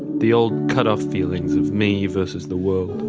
the old cut-off feelings of me versus the world.